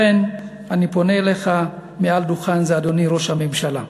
לכן אני פונה אליך מעל דוכן זה, אדוני ראש הממשלה.